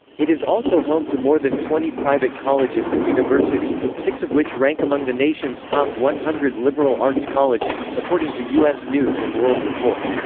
it is also home to more than twenty private colleges and universities, six of which rank among the nation's top one hundred liberal arts colleges, according to u s. news and world report.